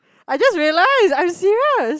I just realised I'm serious